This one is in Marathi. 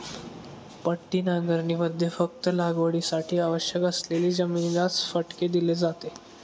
पट्टी नांगरणीमध्ये फक्त लागवडीसाठी आवश्यक असलेली जमिनीलाच फटके दिले जाते